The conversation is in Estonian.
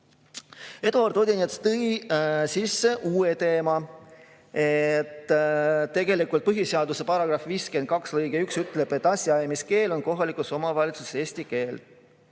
Eduard Odinets tõi sisse uue teema: tegelikult põhiseaduse § 52 lõige 1 ütleb, et asjaajamiskeel on kohalikes omavalitsustes eesti keel.